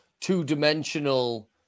two-dimensional